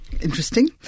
interesting